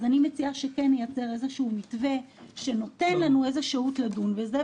אז אני מציעה שנייצר איזשהו מתווה שנותן לנו איזושהי שהות לדון בזה.